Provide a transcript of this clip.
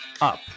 up